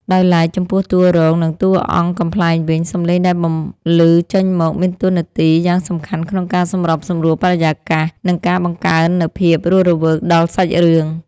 ដោយឡែក ចំពោះតួរង និងតួអង្គកំប្លែងវិញ សំឡេងដែលបន្លឺចេញមកមានតួនាទីយ៉ាងសំខាន់ក្នុងការសម្របសម្រួលបរិយាកាស និងការបង្កើននូវភាពរស់រវើកដល់សាច់រឿង។